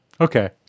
Okay